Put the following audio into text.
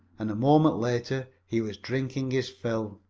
and a moment later he was drinking his fill.